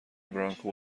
برانکو